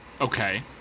okay